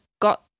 got